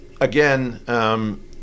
again